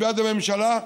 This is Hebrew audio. ביד הממשלה,